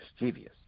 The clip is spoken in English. mischievous